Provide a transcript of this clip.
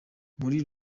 muri